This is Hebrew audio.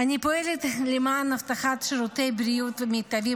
אני פועלת למען הבטחת שירותי בריאות מיטביים